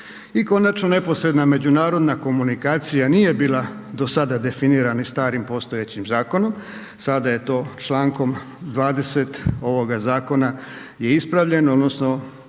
I konačno neposredna međunarodna komunikacija nije bila do sada definirana starim postojećim zakonom, sada je to člankom 20. ovoga Zakona je ispravljeno odnosno